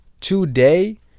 today